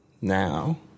Now